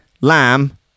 Lamb